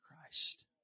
Christ